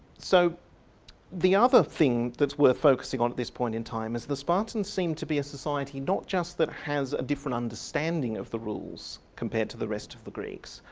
so the other thing that's worth focusing on at this point in time is that the spartans seemed to be a society not just that has a different understanding of the rules compared to the rest of the greeks,